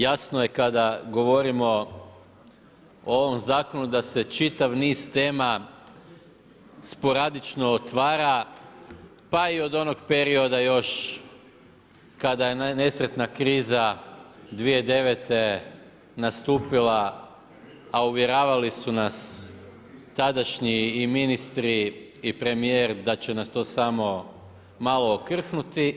Jasno je kada govorimo o ovom zakonu da se čitav niz tema sporadično otvara pa i od onog perioda još kada je nesretna kriza 2009. nastupila a uvjeravali su nas tadašnji i ministri i premijer da će nas to samo malo okrhnuti.